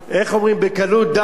איך אומרים, בקלות דעת.